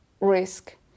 risk